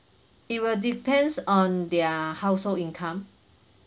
it will depends on their household income